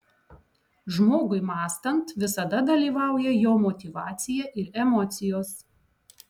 žmogui mąstant visada dalyvauja jo motyvacija ir emocijos